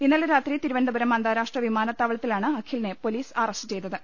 ഇന്നലെ രാത്രി തിരുവനന്തപുരം അന്താരാഷ്ട്രവിമാനത്താവളത്തിലാണ് അഖിലിനെ പൊലീസ് അറസ്റ്റ് ചെയ്തത്